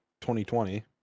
2020